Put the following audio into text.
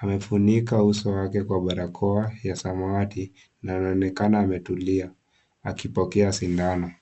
Amefunika uso wake na kwa barakoa ya samawati na anaonekana ametulia akipokea sindano.